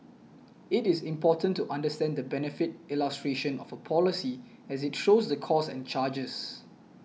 it is important to understand the benefit illustration of a policy as it shows the costs and charges